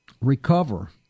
recover